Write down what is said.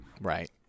Right